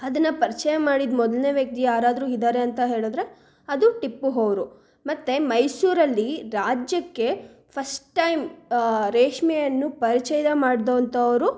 ಅದನ್ನು ಪರಿಚಯ ಮಾಡಿದ ಮೊದ್ಲನೇ ವ್ಯಕ್ತಿ ಯಾರಾದರೂ ಇದ್ದಾರೆ ಅಂತ ಹೇಳಿದ್ರೆ ಅದು ಟಿಪ್ಪು ಅವ್ರು ಮತ್ತೆ ಮೈಸೂರಲ್ಲಿ ರಾಜ್ಯಕ್ಕೆ ಫಸ್ಟ್ ಟೈಮ್ ರೇಷ್ಮೆಯನ್ನು ಪರಿಚಯ ಮಾಡಿದಂಥವ್ರು